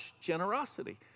generosity